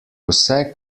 vse